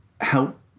help